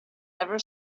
ever